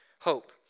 hope